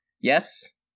Yes